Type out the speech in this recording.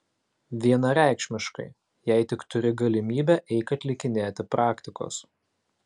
vienareikšmiškai jei tik turi galimybę eik atlikinėti praktikos